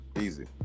Easy